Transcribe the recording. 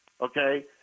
okay